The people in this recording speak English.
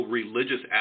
religious